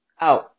Out